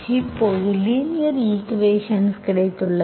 இப்போது linear equation கிடைத்துள்ளது